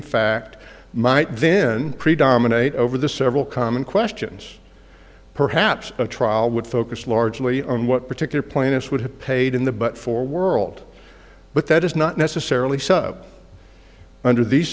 in fact might then predominate over the several common questions perhaps a trial would focus largely on what particular planets would have paid in the butt for world but that is not necessarily so under these